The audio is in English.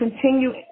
continue